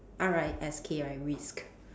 R I S K right risk